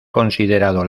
considerado